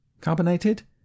Carbonated